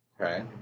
Okay